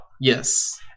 yes